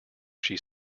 said